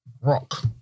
Rock